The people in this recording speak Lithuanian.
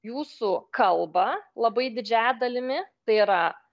jūsų kalbą labai didžiąja dalimi tai yra